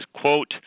quote